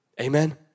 Amen